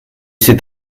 c’est